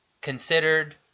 considered